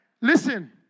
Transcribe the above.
Listen